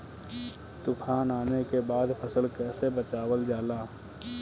तुफान आने के बाद फसल कैसे बचावल जाला?